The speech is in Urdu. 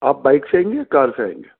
آپ بائک سے آئیں گے یا کار سے آئیں گے